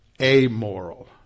amoral